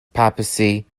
papacy